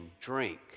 drink